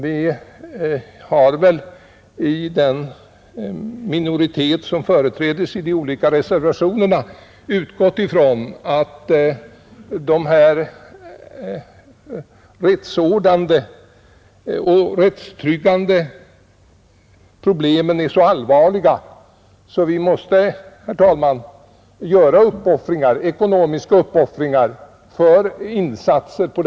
Vi har inom den och rättstrygghetsproblemen är så allvarliga att vi, herr talman, måste Onsdagen den göra ekonomiska uppoffringar när det gäller insatser på området.